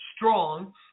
Strong